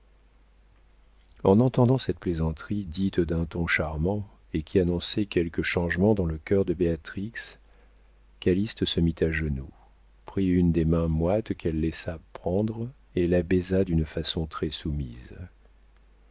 en entendant cette plaisanterie dite d'un ton charmant et qui annonçait quelque changement dans le cœur de béatrix calyste se mit à genoux prit une des mains moites qu'elle laissa prendre et la baisa d'une façon très soumise